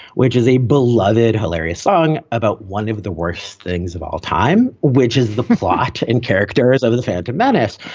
which is a beloved, hilarious song about one of the worst things of all time, which is the plot and characters over the phantom menace.